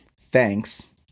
thanks